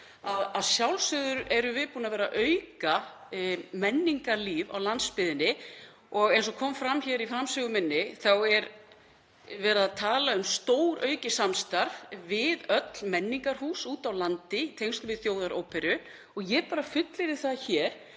að sjálfsögðu búin að vera að auka menningarlíf á landsbyggðinni. Eins og kom fram í framsögu minni er verið að tala um stóraukið samstarf við öll menningarhús úti á landi í tengslum við Þjóðaróperu. Ég fullyrði það hér